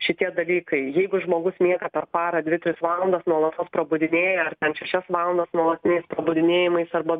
šitie dalykai jeigu žmogus miega per parą dvi tris valandas nuolatos prabudinėja ar ten šešias valandas nuolatiniais pardavinėjamais arba